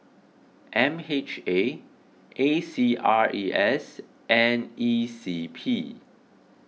M H A A C R E S and E C P